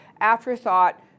afterthought